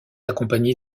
accompagné